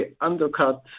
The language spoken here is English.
undercut